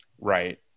right